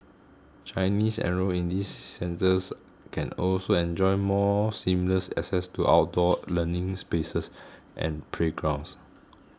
Chinese enrolled in these centres can also enjoy more seamless access to outdoor learning spaces and playgrounds